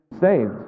saved